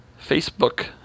Facebook